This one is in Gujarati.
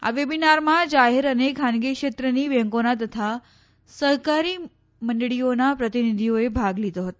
આ વેબીનારમાં જાહેર અને ખાનગી ક્ષેત્રની બેંકોના તથા સહકારી મંડળીઓના પ્રતિનીધીઓએ ભાગ લીધો હતો